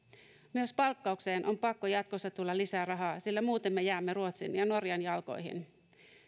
myös palkkaukseen on pakko jatkossa tulla lisää rahaa sillä muuten me jäämme ruotsin ja norjan jalkoihin